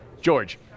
George